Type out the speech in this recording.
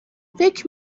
فکر